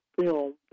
film